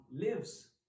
lives